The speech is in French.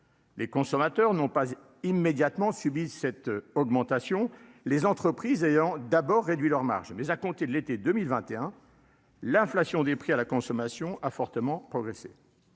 Les consommateurs n'ont pas immédiatement subissent cette augmentation, les entreprises ayant d'abord réduit leurs marges mais à compter de l'été 2021, l'inflation des prix à la consommation a fortement progressé